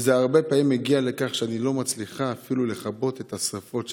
זה הרבה פעמים מגיע לכך שאני לא מצליחה אפילו לכבות את השרפות שהצטברו.